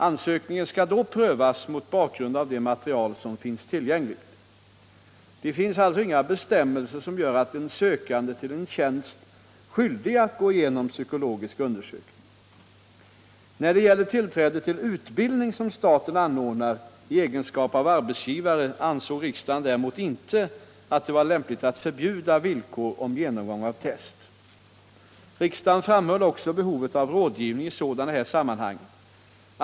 Ansökningen skall då prövas mot bakgrund av det material som finns tillgängligt. Det finns alltså inga bestämmelser som gör en sökande till en tjänst skyldig att gå igenom psykologisk undersökning. När det gäller tillträde till utbildning som staten anordnar i egenskap av arbetsgivare ansåg riksdagen däremot inte att det var lämpligt att förbjuda villkor om genomgång av test. Riksdagen framhöll också behovet av rådgivning i sådana här sammanhang.